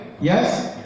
Yes